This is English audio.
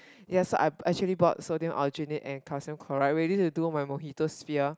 yes so I actually bought sodium alginate and calcium chloride ready to do my mojito sphere